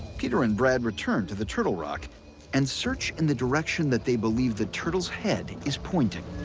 peter and brad return to the turtle rock and search in the direction that they believe the turtle's head is pointing.